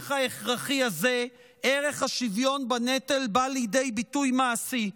במהלך ההכרחי הזה ערך השוויון בנטל בא לידי ביטוי מעשי.